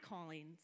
callings